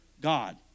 God